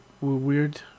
weird